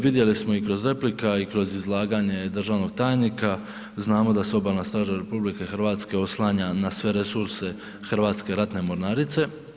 Vidjeli smo kroz replike a i kroz izlaganje državnog tajnika znamo da se Obalna straža RH oslanja na sve resurse Hrvatske ratne mornarice.